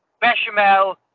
bechamel